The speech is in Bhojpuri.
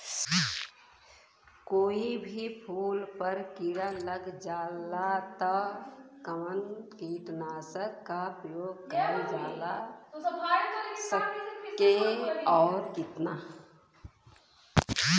कोई भी फूल पर कीड़ा लग जाला त कवन कीटनाशक क प्रयोग करल जा सकेला और कितना?